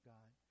God